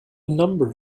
number